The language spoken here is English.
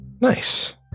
Nice